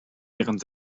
während